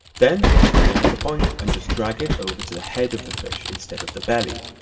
then, click on the anchor point and just drag it over to the head of the fish instead of the belly.